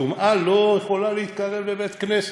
וטומאה לא יכולה להתקרב לבית-כנסת.